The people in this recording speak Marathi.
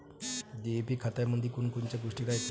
डी.ए.पी खतामंदी कोनकोनच्या गोष्टी रायते?